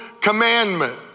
commandment